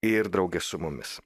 ir drauge su mumis